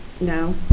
no